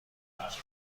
سالمندان